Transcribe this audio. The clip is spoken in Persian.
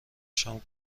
شام